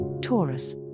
Taurus